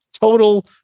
total